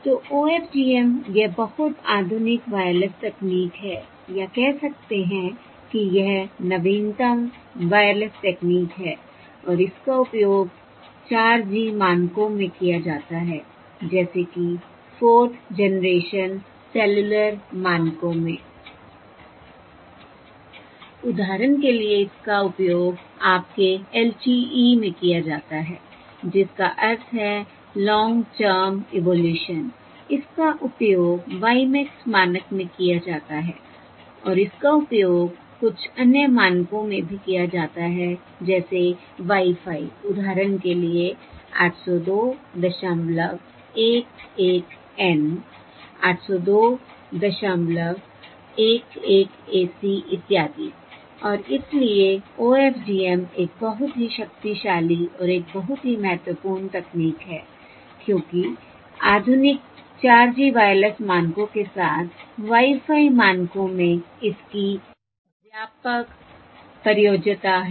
तो OFDM यह बहुत आधुनिक वायरलेस तकनीक है या कह सकते हैं कि यह नवीनतम वायरलेस तकनीक है और इसका उपयोग 4G मानकों में किया जाता है जैसे कि फोर्थ जेनरेशन सेलुलर मानकों में I उदाहरण के लिए इसका उपयोग आपके LTE में किया जाता है जिसका अर्थ है लॉन्ग टर्म इवोल्यूशन इसका उपयोग WiMAX मानक में किया जाता है और इसका उपयोग कुछ अन्य मानकों में भी किया जाता है जैसे Wi Fi उदाहरण के लिए 80211N 80211AC इत्यादि और इसलिए OFDM एक बहुत ही शक्तिशाली और एक बहुत ही महत्वपूर्ण तकनीक है क्योंकि आधुनिक 4G वायरलेस मानकों के साथ साथ Wi Fi मानकों में इसकी व्यापक प्रयोज्यता है